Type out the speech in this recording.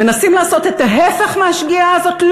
מנסים לעשות את ההפך מהשגיאה הזאת?